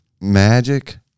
Magic